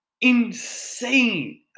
Insane